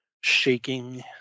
shaking